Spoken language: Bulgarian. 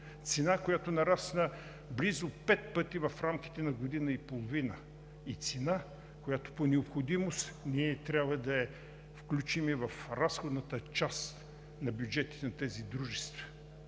цена, която нарасна близо пет пъти в рамките на година и половина, и цена, която по необходимост трябва да я включим в разходната част на бюджетите на тези дружества.